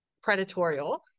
predatorial